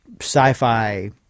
sci-fi